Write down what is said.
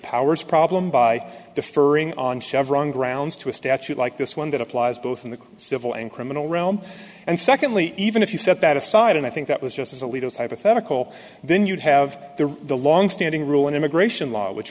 powers problem by deferring on chevron grounds to a statute like this one that applies both in the civil and criminal realm and secondly even if you set that aside and i think that was just as alito is hypothetical then you'd have the the longstanding rule in immigration law which